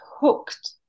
hooked